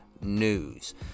news